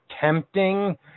tempting